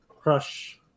crush